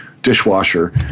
dishwasher